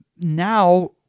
now